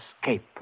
escape